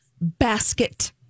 basket